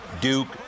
duke